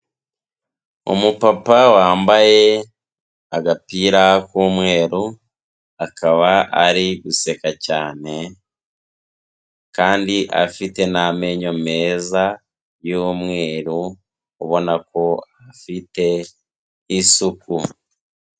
Umupapa wambaye agapira k'umweru, akaba ari guseka cyane kandi afite n'amenyo meza y'umweru, ubona ko afite isuku.